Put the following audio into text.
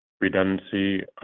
redundancy